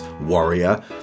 warrior